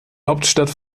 hauptstadt